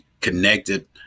connected